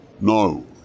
No